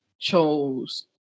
chose